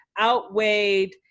outweighed